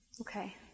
Okay